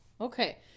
Okay